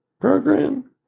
program